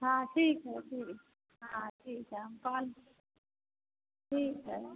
हाँ ठीक है ठीक है हाँ ठीक है हम कॉल ठीक है